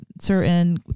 certain